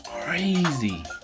crazy